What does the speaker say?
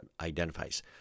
identifies